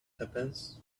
happens